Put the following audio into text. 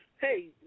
hey